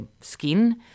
skin